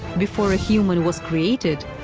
before a human was created,